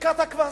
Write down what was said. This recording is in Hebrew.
שתיקת הכבשים.